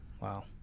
Wow